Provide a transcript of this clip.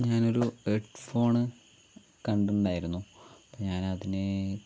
ഞാൻ ഒരു ഹെഡ്ഫോണ് കണ്ടിട്ടുണ്ടായിരുന്നു ഞാൻ അതിന്